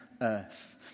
earth